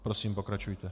Prosím, pokračujte.